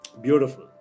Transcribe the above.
Beautiful